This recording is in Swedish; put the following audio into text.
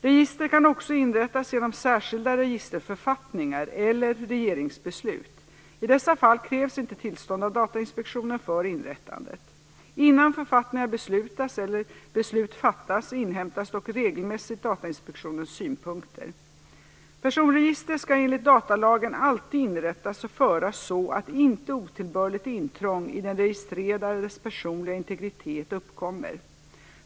Register kan också inrättas genom särskilda registerförfattningar eller regeringsbeslut. I dessa fall krävs inte tillstånd av Datainspektionen för inrättandet. Innan författningar beslutas eller beslut fattas inhämtas dock regelmässigt Datainspektionens synpunkter. Personregister skall enligt datalagen alltid inrättas och föras så att inte otillbörligt intrång i den registrerades personliga integritet uppkommer.